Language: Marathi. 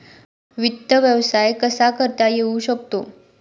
वित्त व्यवसाय कसा करता येऊ शकतो?